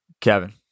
Kevin